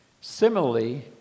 Similarly